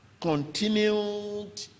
Continued